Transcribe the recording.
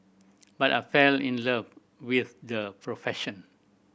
but I fell in love with the profession